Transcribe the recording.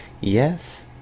yes